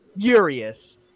Furious